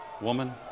woman